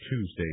Tuesday